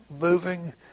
moving